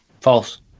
False